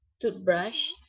toothbrush